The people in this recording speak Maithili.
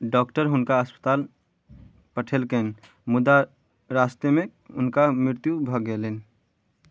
डॉक्टर हुनका अस्पताल पठेलकनि मुदा रस्तेमे हुनका मृत्यु भऽ गेलनि